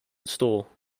store